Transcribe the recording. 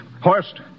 Horst